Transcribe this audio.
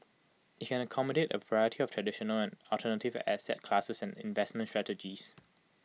IT can accommodate A variety of traditional and alternative asset classes and investment strategies